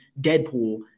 Deadpool